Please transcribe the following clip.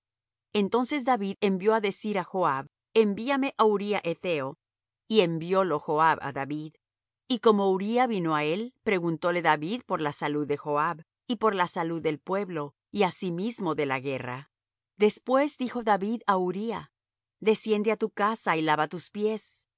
entonces david envió á decir á joab envíame á uría hetheo y enviólo joab á david y como uría vino á él preguntóle david por la salud de joab y por la salud del pueblo y asimismo de la guerra después dijo david á uría desciende á tu casa y lava tus pies y